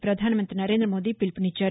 ప్రపధానమంతి నరేం్రదమోదీ పిలుపునిచ్చారు